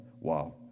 Wow